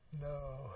No